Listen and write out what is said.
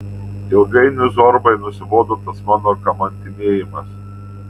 ilgainiui zorbai nusibodo tas mano kamantinėjimas